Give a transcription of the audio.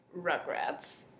Rugrats